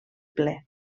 ple